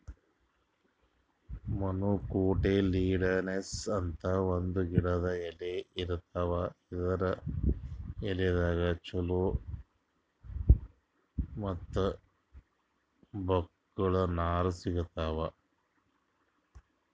monocotyledonous ಅಂತ್ ಒಂದ್ ಗಿಡದ್ ಎಲಿ ಇರ್ತಾವ ಇದರ್ ಎಲಿದಾಗ್ ಚಲೋ ಮತ್ತ್ ಬಕ್ಕುಲ್ ನಾರ್ ಸಿಗ್ತದ್